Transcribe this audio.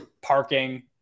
parking